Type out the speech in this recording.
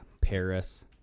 Paris